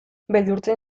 beldurtzen